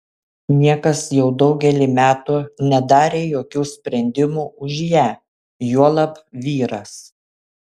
niekas jau daugelį metų nedarė jokių sprendimų už ją juolab vyras